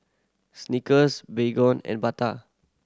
Snickers Baygon and Bata